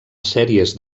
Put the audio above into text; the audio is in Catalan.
sèries